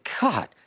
God